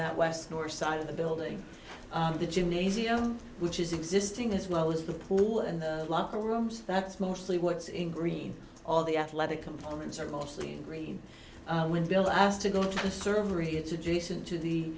that west north side of the building of the gymnasium which is existing this was the pool and locker rooms that's mostly what's in green all the athletic components are mostly green when bill asked to go to the servery it's adjacent to the